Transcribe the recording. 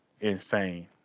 insane